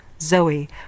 Zoe